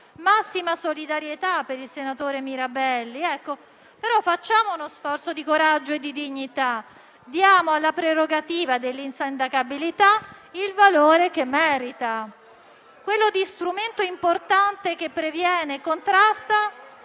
massima solidarietà per il senatore Mirabelli. Facciamo però uno sforzo di coraggio e di dignità, diamo alla prerogativa dell'insindacabilità il valore che merita, quello di strumento importante che previene e contrasta